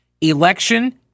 election